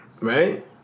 right